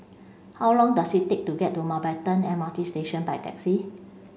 how long does it take to get to Mountbatten M R T Station by taxi